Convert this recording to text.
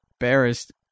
embarrassed